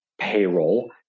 payroll